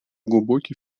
глубокий